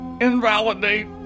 invalidate